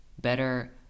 better